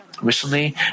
Recently